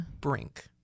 Brink